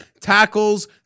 Tackles